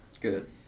Good